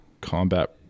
combat